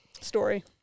story